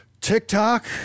TikTok